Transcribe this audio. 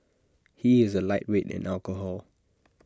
he is A lightweight in alcohol